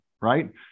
right